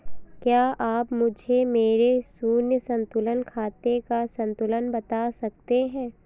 क्या आप मुझे मेरे शून्य संतुलन खाते का संतुलन बता सकते हैं?